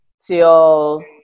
till